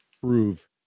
prove